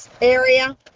area